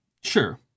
Sure